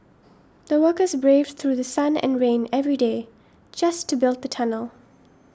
the workers braved through The Sun and rain every day just to build the tunnel